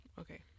Okay